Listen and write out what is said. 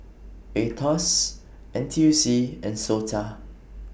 Aetos Ntuc and Sota